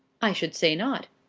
i should say not.